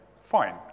fine